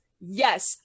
Yes